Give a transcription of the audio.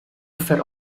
ver